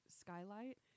skylight